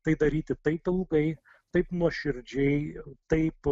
tai daryti taip ilgai taip nuoširdžiai taip